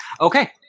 Okay